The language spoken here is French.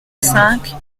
cinq